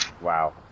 Wow